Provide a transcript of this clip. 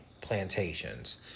plantations